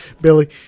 Billy